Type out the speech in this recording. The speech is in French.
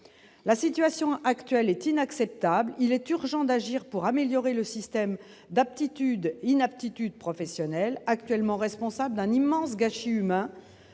La situation actuelle est inacceptable, il est urgent d'agir pour améliorer le système d'aptitude l'inaptitude professionnelle, actuellement responsable d'un immense gâchis humain